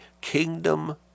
kingdom